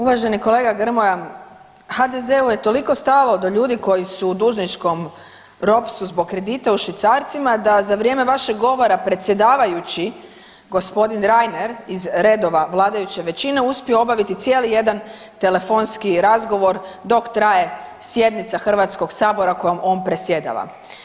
Uvaženi kolega Grmoja, HDZ-u je toliko stalo do ljudi koji su u dužničkom ropstvu zbog kredita u švicarcima da za vrijeme vašeg govora predsjedavajući g. Reiner iz redova vladajuće većine uspio obaviti cijeli jedan telefonski razgovor dok traje sjednica HS kojom on predsjedava.